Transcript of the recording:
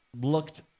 looked